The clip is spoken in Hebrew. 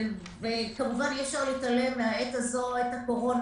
וכמובן אי אפשר להתעלם מעת הקורונה,